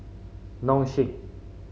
Nong Shim